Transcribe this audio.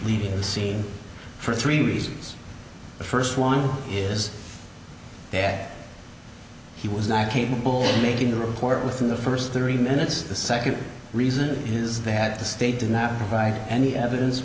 seen for three reasons the first one is that he was not capable of making the report within the first three minutes the second reason is that the state did not provide any evidence